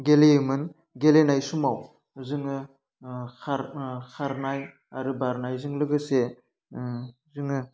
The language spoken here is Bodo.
गेलेयोमोन गेलेनाय समाव जोङो खारनाय आरो बारनायजों लोगोसे जोङो